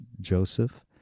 Joseph